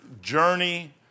journey